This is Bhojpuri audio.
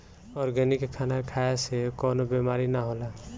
ऑर्गेनिक खाना खाए से कवनो बीमारी ना होला